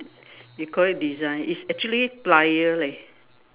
you call it design it's actually plier leh